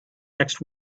next